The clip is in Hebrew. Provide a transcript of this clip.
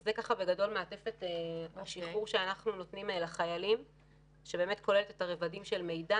זו בגדול מעטפת השחרור שאנחנו נותנים לחיילים שכוללת את הרבדים של מידע,